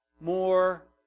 More